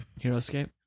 Heroescape